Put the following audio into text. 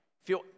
Feel